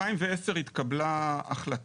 אני רוצה לשאול שאלה אחת.